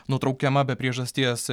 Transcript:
nutraukiama be priežasties